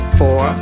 four